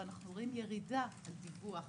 ואנחנו רואים ירידה בדיווח